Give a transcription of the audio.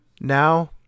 now